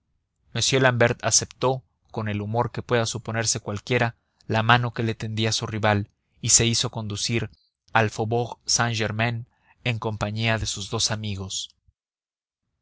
l'ambert aceptó con el humor que pueda suponerse cualquiera la mano que le tendía su rival y se hizo conducir al faubourg saint-germain en compañía de sus dos amigos